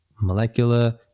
molecular